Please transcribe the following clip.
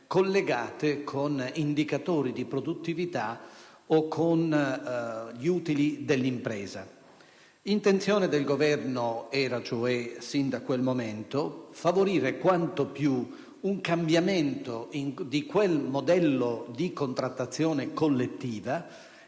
collegate con indicatori di produttività o con gli utili dell'impresa. Intenzione del Governo era, cioè, sin da quel momento, di favorire quanto più possibile un cambiamento di quel modello di contrattazione collettiva,